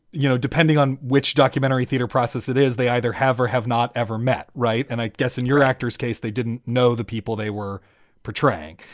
you know, depending on which documentary theater process it is, they either have or have not ever met. right. and i guess in your actor's case, they didn't know the people they were portraying.